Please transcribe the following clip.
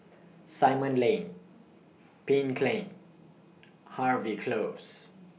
Simon Lane Pink Lane Harvey Close